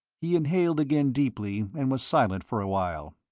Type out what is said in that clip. he inhaled again deeply and was silent for a while.